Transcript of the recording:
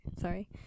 sorry